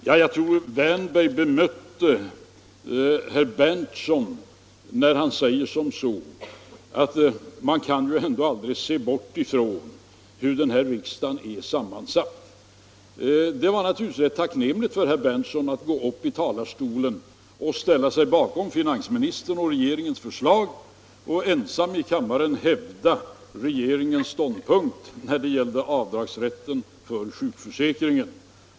Jag tror att herr Wärnberg bemötte vad herr Berndtson sade om att man ändå aldrig kan se bort från hur denna riksdag är sammansatt. Det var naturligtvis tacknämligt för herr Berndtson att ställa sig bakom finansministerns och regeringens förslag och ensam i kammaren hävda regeringens ståndpunkt när det gäller avdragsrätten för sjukförsäkringen.